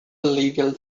legal